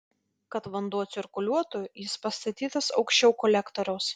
kad vanduo cirkuliuotų jis pastatytas aukščiau kolektoriaus